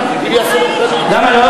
אם יעשו מבחנים, למה לא?